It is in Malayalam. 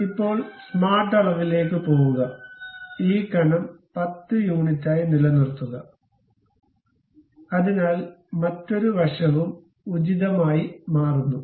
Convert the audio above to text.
അതിനാൽ ഇപ്പോൾ സ്മാർട്ട് അളവിലേക്ക് പോകുക ഈ കനം 10 യൂണിറ്റായി നിലനിർത്തുക അതിനാൽ മറ്റൊരു വശവും ഉചിതമായി മാറുന്നു